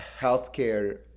healthcare